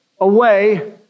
away